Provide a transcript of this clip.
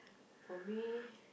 for me